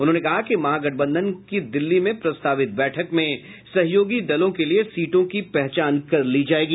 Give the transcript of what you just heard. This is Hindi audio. उन्होंने कहा कि महागठबंधन की दिल्ली में प्रस्तावित बैठक में सहयोगी दलों के लिये सीटों की पहचान कर ली जायेगी